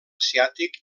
asiàtic